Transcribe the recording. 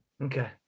Okay